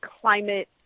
climate